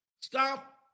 Stop